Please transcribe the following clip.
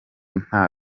nta